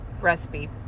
recipe